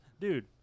dude